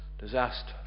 disaster